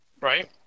Right